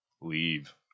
leave